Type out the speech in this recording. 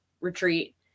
retreat